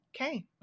Okay